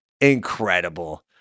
incredible